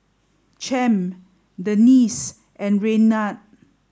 Champ Denice and Raynard